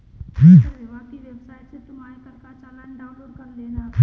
आयकर विभाग की वेबसाइट से तुम आयकर का चालान डाउनलोड कर लेना